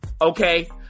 okay